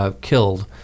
Killed